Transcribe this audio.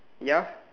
ya